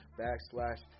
backslash